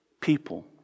people